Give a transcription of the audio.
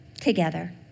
together